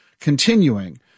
continuing